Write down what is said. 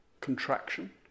contraction